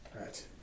Right